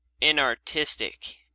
inartistic